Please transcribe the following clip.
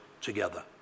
together